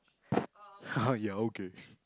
ya okay